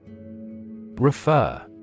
Refer